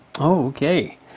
Okay